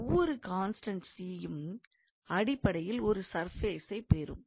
ஒவ்வொரு constant c யும் அடிப்படையில் ஒரு சர்ஃபேசைப்பெறும்